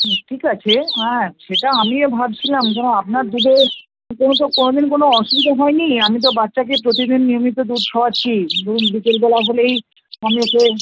হুম ঠিক আছে হ্যাঁ সেটা আমিও ভাবছিলাম কেন আপনার দুধে কোনো তো কোনো দিন কোনো অসুবিধে হয় নি আমি তো বাচ্চাকে প্রতিদিন নিয়মিত দুধ খাওয়াচ্ছি রোজ বিকেলবেলা হলেই আমি ওকে